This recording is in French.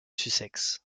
sussex